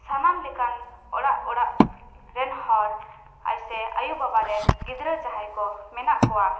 ᱥᱟᱱᱟᱢ ᱞᱮᱠᱟᱱ ᱚᱲᱟᱜ ᱚᱲᱟᱜ ᱨᱮᱱ ᱦᱚᱲ ᱟᱭᱥᱮ ᱟᱭᱳᱼᱵᱟᱵᱟ ᱨᱮᱱ ᱜᱤᱫᱽᱨᱟᱹ ᱡᱟᱦᱟᱸᱭ ᱠᱚ ᱢᱮᱱᱟᱜ ᱠᱚᱣᱟ